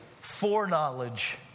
foreknowledge